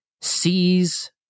sees